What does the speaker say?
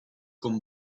con